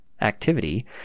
activity